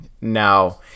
now